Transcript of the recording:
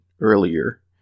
earlier